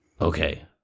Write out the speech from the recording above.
okay